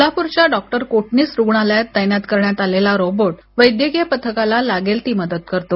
सोलापूर च्या डॉक्टर कोटणीस रुग्णालायत तैनात करण्यात् आलेला रोबोट वैद्यकीय पथकाला लागेल ती मदत करतो